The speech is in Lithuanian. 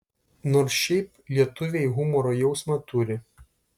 nors šiaip lietuviai humoro jausmą turi